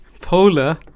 Polar